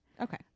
Okay